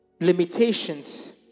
limitations